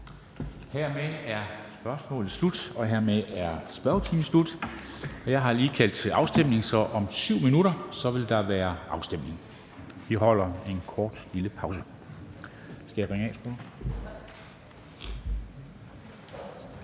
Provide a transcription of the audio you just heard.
Kristensen): Spørgsmålet er slut. Og hermed er spørgetimen slut. Jeg har lige kaldt til afstemning, så om 7 minutter vil der være afstemning. Vi holder en kort pause. Mødet er udsat.